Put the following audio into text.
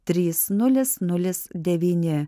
trys nulis nulis devyni